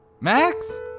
Max